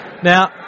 Now